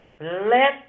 let